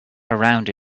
around